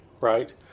right